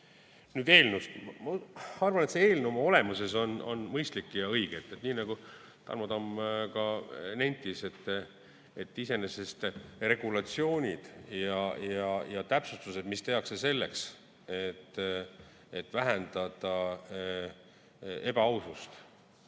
Nüüd eelnõust. Ma arvan, et see eelnõu oma olemuses on mõistlik ja õige. Nagu Tarmo Tamm nentis, iseenesest regulatsioonid ja täpsustused, mis tehakse selleks, et vähendada ebaausust,